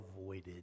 avoided